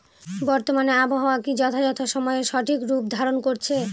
বর্তমানে আবহাওয়া কি যথাযথ সময়ে সঠিক রূপ ধারণ করছে?